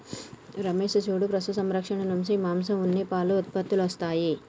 రమేష్ సూడు పశు సంరక్షణ నుంచి మాంసం ఉన్ని పాలు ఉత్పత్తులొస్తాయి